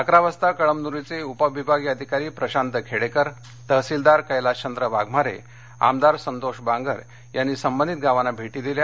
अकरा वाजता कळमन्रीचे उपविभागीय अधिकारी प्रशांत खेडेकर तहसीलदार कैलाशचंद्र वाघमारे आमदार संतोष बांगर यांनी संबंधित गावांना भेटी दिल्या